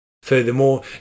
Furthermore